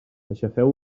aixafeu